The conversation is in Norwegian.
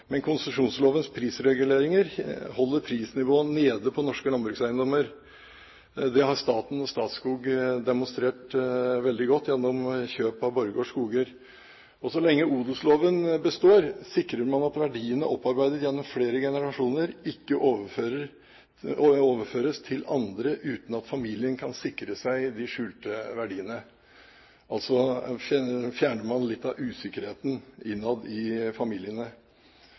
Men konsesjonslovens prisreguleringer holder prisnivået på norske landbrukseiendommer nede. Det har staten og Statskog demonstrert veldig godt gjennom kjøp av Borregaard Skoger. Så lenge odelsloven består, sikrer man at verdiene opparbeidet gjennom flere generasjoner, ikke overføres til andre uten at familien kan sikre seg de skjulte verdiene, altså, man fjerner litt av usikkerheten innad i familiene.